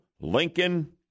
Lincoln